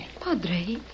Padre